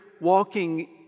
walking